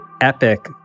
Epic